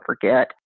forget